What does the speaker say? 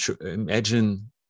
imagine